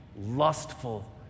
lustful